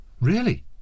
Really